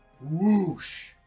Whoosh